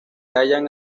hallan